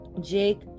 Jake